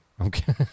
okay